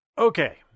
Okay